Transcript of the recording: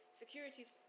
securities